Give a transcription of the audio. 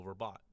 overbought